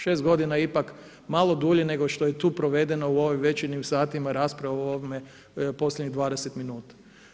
6 godina je ipak malo dulje nego što je tu provedeno u ovim večernjim satima rasprava o ovome posljednjih 20 minuta.